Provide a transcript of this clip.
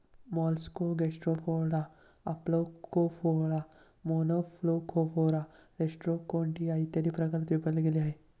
Mollusca Gastropoda, Aplacophora, Monoplacophora, Rostroconchia, इत्यादी प्रकारात विभागले गेले आहे